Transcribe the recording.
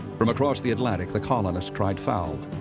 from across the atlantic, the colonists cried foul,